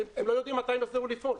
הם לא יודעים מתי הם יחזרו לפעול.